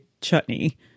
chutney